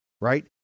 right